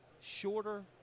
shorter